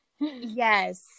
Yes